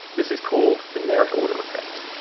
this is called the merit order effect.